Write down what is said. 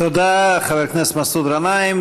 תודה, חבר הכנסת מסעוד גנאים.